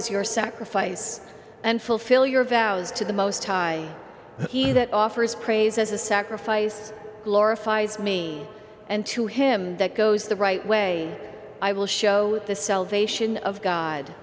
praises your sacrifice and fulfill your vows to the most high he that offers praise as a sacrifice glorifies me and to him that goes the right way i will show the salvation of g